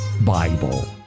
Bible